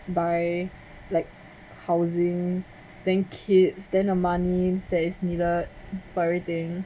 buy like housing then kids then the money that is needed for everything